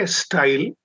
style